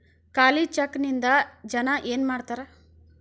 ಖಾಲಿ ಚೆಕ್ ನಿಂದ ಏನ ಮಾಡ್ತಿರೇ?